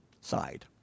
side